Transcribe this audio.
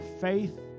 faith